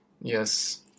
Yes